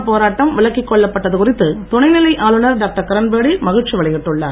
புதுவையில் போராட்டம் விலக்கிக் கொள்ளப்பட்டது குறித்து துணைநிலை ஆளுநர் டாக்டர் கிரண்பேடி மகிழ்ச்சி வெளியிட்டுள்ளார்